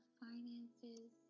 finances